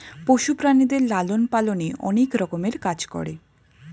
পশু প্রাণীদের লালন পালনে অনেক রকমের কাজ করে